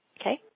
Okay